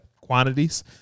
quantities